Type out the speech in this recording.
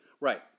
Right